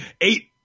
eight